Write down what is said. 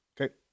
Okay